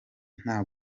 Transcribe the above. nta